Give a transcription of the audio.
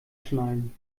schnallen